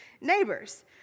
neighbors